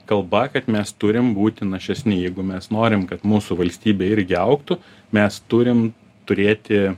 kalba kad mes turim būti našesni jeigu mes norim kad mūsų valstybė irgi augtų mes turim turėti